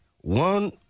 one